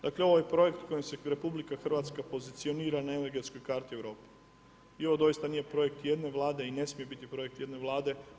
Dakle ovo je projekt u kojem se RH pozicionira na energetskoj karti Europe i ovo doista nije projekt jedne Vlade i ne smije biti projekt jedne Vlade.